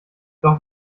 doch